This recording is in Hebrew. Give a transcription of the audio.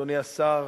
אדוני השר,